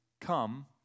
Come